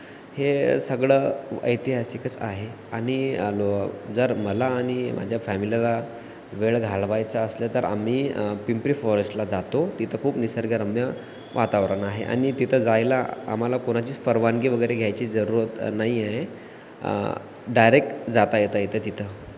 हे सगळं ऐतिहासिकच आहे आणि आलो जर मला आणि माझ्या फॅमिलला वेळ घालवायचा असलं तर आम्ही पिंपरी फॉरेस्टला जातो तिथं खूप निसर्गरम्य वातावरण आहे आणि तिथं जायला आम्हाला कोणाचीच परवानगी वगैरे घ्यायची जरूरत नाही आहे डायरेक्ट जाता येता येतं तिथं